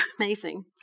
amazing